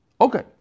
Okay